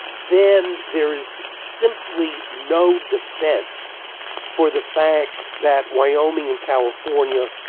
then there is simply no defense for the fact that wyoming and california,